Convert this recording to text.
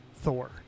Thor